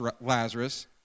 Lazarus